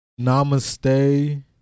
namaste